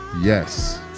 Yes